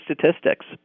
statistics